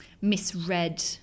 misread